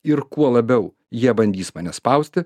ir kuo labiau jie bandys mane spausti